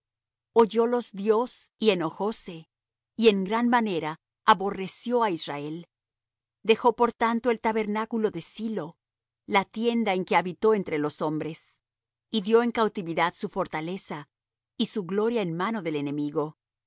esculturas oyólo dios y enojóse y en gran manera aborreció á israel dejó por tanto el tabernáculo de silo la tienda en que habitó entre los hombres y dió en cautividad su fortaleza y su gloria en mano del enemigo